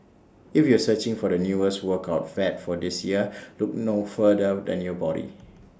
if you are searching for the newest workout fad for this year look no further than your body